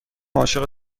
عاشق